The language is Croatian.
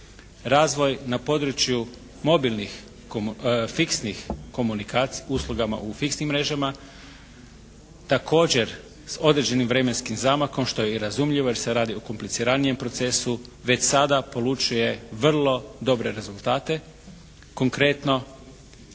Razvoj na području mobilnih, fiksnih, uslugama u fiksnim mrežama također s određenim vremenskim zamahom što je i razumljivo jer se radi o kompliciranijem procesu već sada polučuje vrlo dobre rezultate. Konkretno